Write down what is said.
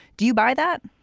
do you buy that?